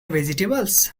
vegetables